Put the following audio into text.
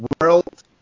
world